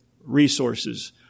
resources